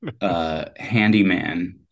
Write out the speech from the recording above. handyman